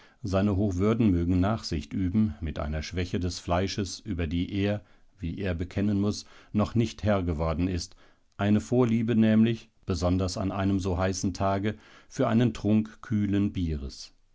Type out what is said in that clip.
seine hochwürden mögen nachsicht üben mit einer schwäche des fleisches über die er wie er bekennen muß noch nicht herr geworden ist eine vorliebe nämlich besonders an einem so heißen tage für einen trunk kühlen bieres